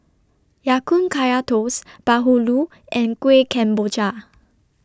Ya Kun Kaya Toast Bahulu and Kuih Kemboja